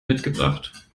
mitgebracht